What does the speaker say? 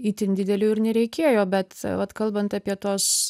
itin didelių ir nereikėjo bet vat kalbant apie tuos